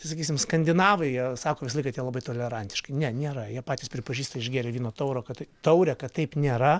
tai sakysim skandinavai jie sako visąlaik kad jie labai tolerantiški ne nėra jie patys pripažįsta išgėrę vyno taurą kad taurę kad taip nėra